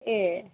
ए